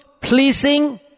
pleasing